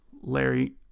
larry